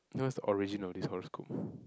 you know what is the origin of this horoscope